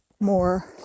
more